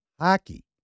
Hockey